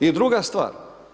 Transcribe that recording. I druga stvar.